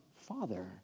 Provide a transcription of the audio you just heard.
Father